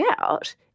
out